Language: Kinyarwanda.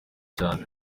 cyane